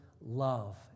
love